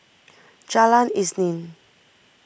Jalan Isnin